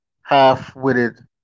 half-witted